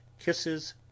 kisses